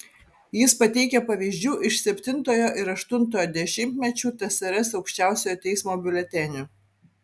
jis pateikia pavyzdžių iš septintojo ir aštuntojo dešimtmečių tsrs aukščiausiojo teismo biuletenių